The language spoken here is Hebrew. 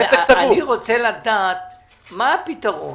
אני רוצה לדעת מה הפתרון